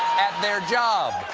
at their job.